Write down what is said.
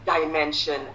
dimension